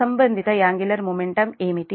సంబంధిత angular momentum ఏమిటి